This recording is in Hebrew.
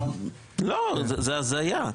לא, זו הזיה.